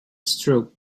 struck